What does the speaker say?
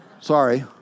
Sorry